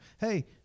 Hey